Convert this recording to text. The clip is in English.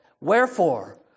Wherefore